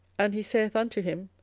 and he saith unto him,